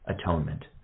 atonement